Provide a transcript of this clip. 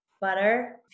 butter